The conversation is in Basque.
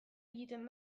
egiten